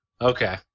Okay